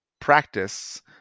practice